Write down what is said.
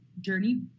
journey